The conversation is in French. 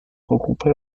regroupés